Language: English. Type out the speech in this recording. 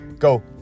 go